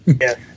Yes